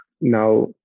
Now